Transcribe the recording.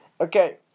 Okay